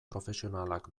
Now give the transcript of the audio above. profesionalak